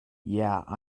yeah